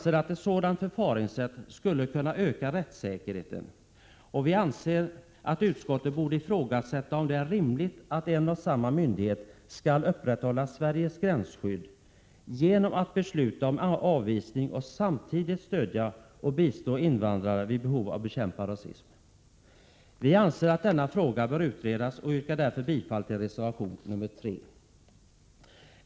Ett sådant förfaringssätt skulle kunna öka rättssäkerheten, och vi anser att utskottet borde ifrågasätta om det är rimligt att en och samma myndighet skall upprätthålla Sveriges gränsskydd genom att besluta om avvisning och samtidigt stödja och bistå invandrarna vid behov samt bekämpa rasism. Vi anser att denna fråga bör utredas och yrkar därför bifall till reservation nr 3.